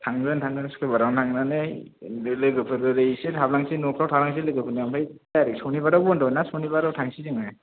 थांगोन थांगोन सुख्रबारावनो थांनानै बे लोगोफोर ओरै एसे हाबलांनोसै न'फ्राव थालांनोसै लोगोफोरनाव ओमफ्राय ओरै सनिबार बन्द'ना सनिबाराव थांनोसै जोङो